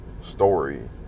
story